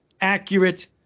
accurate